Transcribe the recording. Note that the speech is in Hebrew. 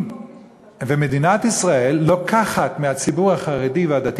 ומדינת ישראל לוקחת מהציבור החרדי והדתי